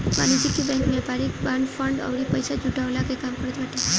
वाणिज्यिक बैंक व्यापारिक bond, fund अउरी पईसा जुटवला के काम करत बाटे